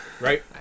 Right